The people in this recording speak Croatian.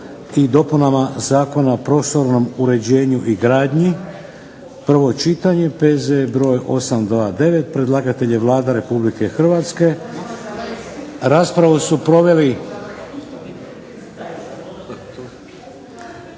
i dopunama Zakona o prostornom uređenju i gradnji. Prvo čitanje, P.Z. br. 829 predlagatelj je Vlada Republike Hrvatske. Raspravu su proveli.